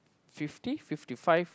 fifty fifty five